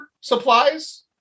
supplies